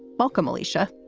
welcome, alicia.